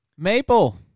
Maple